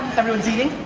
everyone's eating.